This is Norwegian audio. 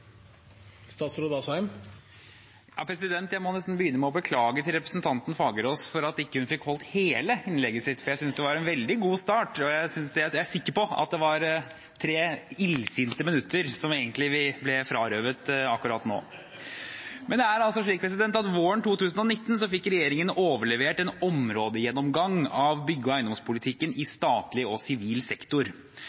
Jeg må nesten begynne med å beklage at representanten Fagerås ikke fikk holde hele innlegget sitt. Jeg syntes det var en veldig god start, og jeg er sikker på at det var tre illsinte minutter vi ble frarøvet akkurat nå. Våren 2019 fikk regjeringen overlevert en områdegjennomgang av bygge- og eiendomspolitikken i